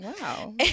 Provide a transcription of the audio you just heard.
Wow